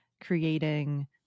creating